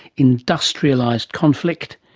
industrialised conflict,